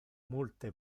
multe